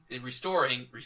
restoring